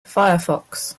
firefox